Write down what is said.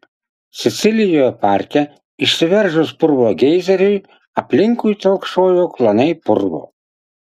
sicilijoje parke išsiveržus purvo geizeriui aplinkui telkšojo klanai purvo